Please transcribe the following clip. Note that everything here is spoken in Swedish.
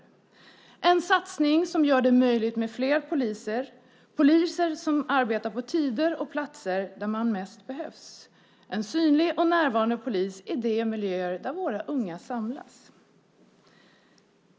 Det är en satsning som gör det möjligt att ha fler poliser, poliser som arbetar på tider och platser där man mest behövs, en synlig och närvarande polis i de miljöer där våra unga samlas.